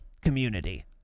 community